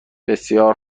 بسیار